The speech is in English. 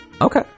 okay